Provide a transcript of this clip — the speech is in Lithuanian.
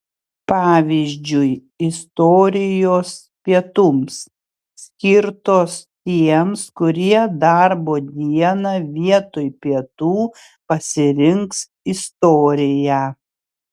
pavyzdžiui istorijos pietums skirtos tiems kurie darbo dieną vietoj pietų pasirinks istoriją